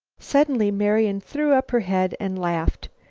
suddenly marian threw up her head and laughed.